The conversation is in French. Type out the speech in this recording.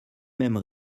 même